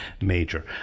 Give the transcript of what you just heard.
major